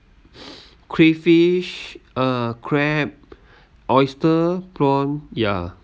crayfish uh crab oyster prawn ya